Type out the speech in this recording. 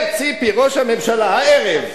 אומר, ציפי, ראש הממשלה הערב,